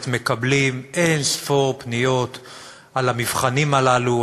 מקבלים אין-ספור פניות על המבחנים הללו,